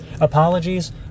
Apologies